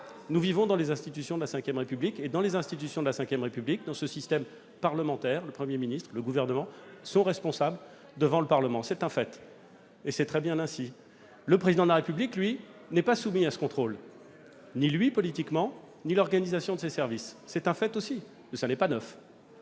Nous vivons dans les institutions de la V République ; dans ces institutions, dans ce système parlementaire, le Premier ministre, le Gouvernement sont responsables devant le Parlement. C'est un fait, et c'est très bien ainsi. Le Président de la République, lui, n'est pas soumis à ce contrôle : ni lui politiquement, ni l'organisation de ses services. C'est un fait aussi, qui n'est pas neuf.